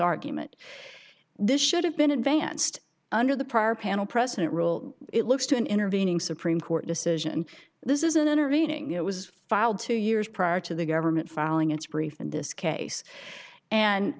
argument this should have been advanced under the prior panel present rule it looks to an intervening supreme court decision this is an intervening it was filed two years prior to the government filing its brief in this case and